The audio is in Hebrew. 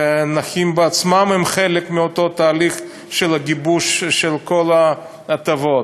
והנכים בעצמם הם חלק מאותו תהליך של הגיבוש של כל ההטבות.